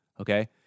okay